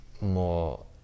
more